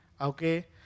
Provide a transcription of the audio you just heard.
Okay